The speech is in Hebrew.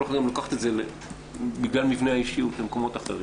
כל אחת גם לוקחת את זה בגלל מבנה האישיות למקומות אחרים,